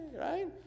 right